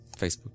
Facebook